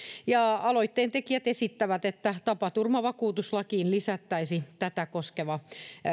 ja aloitteentekijät esittävät että tapaturmavakuutuslakiin lisättäisiin tätä koskeva